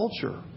culture